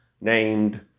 named